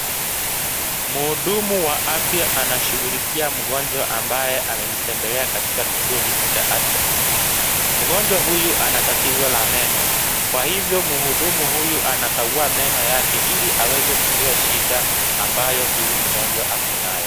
Mhudumu wa afya anashughulia mgonjwa ambaye amemtembelea katika kituo hiki cha afya. Mgonjwa huyu ana tatizo la meno, kwa hivyo muhudumu huyu anakagua meno yake ili aweze kujua shida ambayo mgonjwa huyu ako nayo.